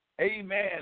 amen